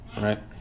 Right